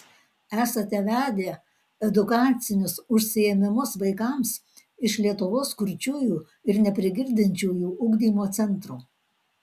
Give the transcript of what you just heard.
esate vedę edukacinius užsiėmimus vaikams iš lietuvos kurčiųjų ir neprigirdinčiųjų ugdymo centro